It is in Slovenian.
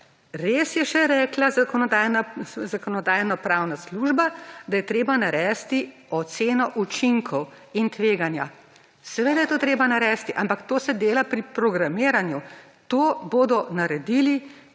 Res je še rekla Zakonodajno-pravna služba, da je treba narediti oceno učinkov in tveganja. Seveda je to treba narediti, ampak to se dela pri programiranju. To bodo naredili,